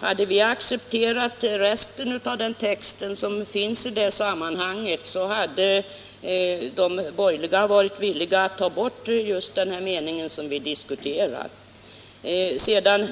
hade vi accepterat resten av den text som finns i sammanhanget, så hade de borgerliga varit villiga att ta bort just den här meningen som vi diskuterar.